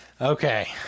okay